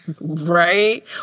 Right